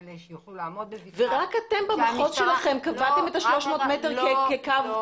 זה רק אתם במחוז שלכם קבעתם את ה-300 מטרים כקו.